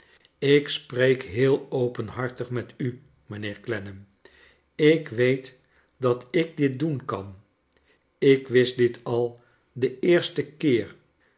ik spreek heel openhartig met u mijnlieer clennam ik weet dat ik dit doen kan ik wist dit al den eersten keer